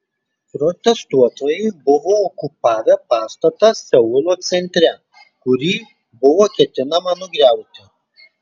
protestuotojai buvo okupavę pastatą seulo centre kurį buvo ketinama nugriauti